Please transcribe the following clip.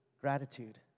gratitude